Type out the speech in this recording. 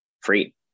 free